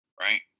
Right